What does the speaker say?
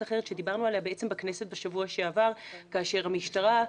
אחרת שדיברנו עליה בכנסת בשבוע שעבר כאשר המשטרה,